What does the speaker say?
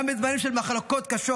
גם בדברים של מחלוקות קשות,